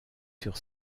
sur